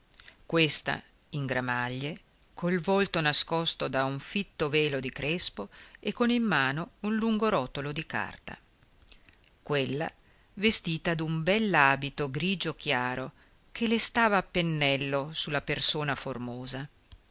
questa in gramaglie col volto nascosto da un fitto velo di crespo e con in mano un lungo rotolo di carta quella vestita d'un bell'abito grigio chiaro che le stava a pennello su la persona formosa